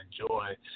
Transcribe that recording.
enjoy